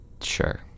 sure